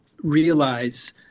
realize